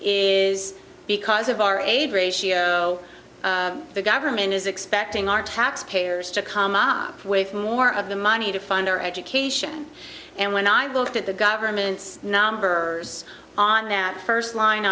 is because of our aid ratio the government is expecting our taxpayers to come up with more of the money to fund our education and when i worked at the government's number on that first line